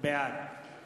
בעד